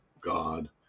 God